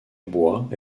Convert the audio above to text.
bois